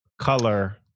color